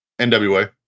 NWA